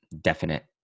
definite